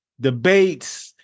debates